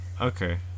Okay